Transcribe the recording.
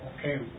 okay